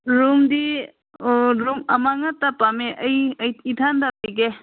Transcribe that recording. ꯔꯨꯝꯗꯤ ꯔꯨꯝ ꯑꯃꯈꯛꯇ ꯄꯥꯝꯃꯦ ꯑꯩ ꯑꯩ ꯏꯊꯟꯇ ꯂꯩꯒꯦ